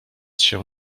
się